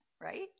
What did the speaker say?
right